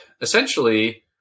essentially